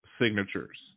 signatures